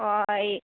ꯍꯣꯏ